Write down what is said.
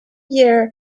year